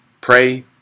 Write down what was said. Pray